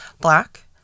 Black